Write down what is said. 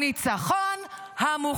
הניצחון המוחלט.